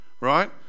right